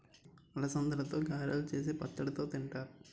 అలసందలతో గారెలు సేసి పచ్చడితో తింతారు